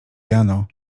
jano